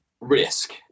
risk